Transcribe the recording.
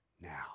now